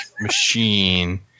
machine